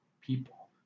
people